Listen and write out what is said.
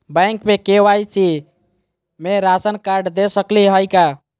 Bank में KYC में ration card दे सकली हई का?